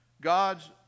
God's